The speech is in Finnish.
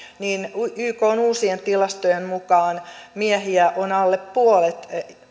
niin ykn uusien tilastojen mukaan miehiä on alle puolet